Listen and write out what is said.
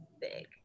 big